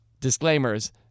disclaimers